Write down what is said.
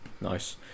Nice